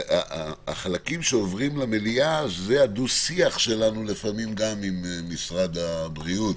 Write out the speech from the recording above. החלקים שעוברים למליאה זה הדו-שיח שלנו לפעמים גם עם משרד הבריאות,